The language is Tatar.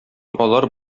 алар